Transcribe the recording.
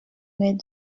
mais